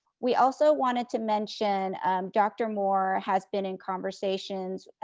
we also wanted to mention dr. moore has been in conversations,